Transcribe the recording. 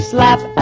Slap